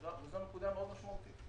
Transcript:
זאת נקודה מאוד משמעותית.